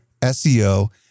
SEO